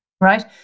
right